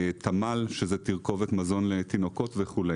תמ"ל שזה תרכובת מזון לתינוקות וכו',